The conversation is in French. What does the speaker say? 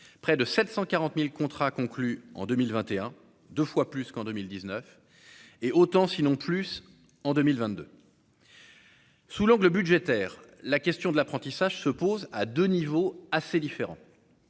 près de 740000 contrats conclus en 2021 2 fois plus qu'en 2000 19 et autant, sinon plus, en 2022. Sous l'angle budgétaire la question de l'apprentissage se pose à 2 niveaux assez différent,